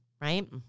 right